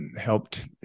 helped